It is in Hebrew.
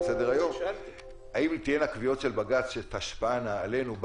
סדר היום אם תהיינה קביעות של בג"ץ שתשפענה עלינו,